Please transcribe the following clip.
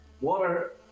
water